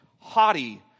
haughty